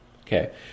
Okay